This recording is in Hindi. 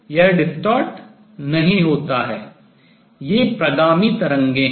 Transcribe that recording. यह distort विकृत नहीं होता है ये प्रगामी तरंगें हैं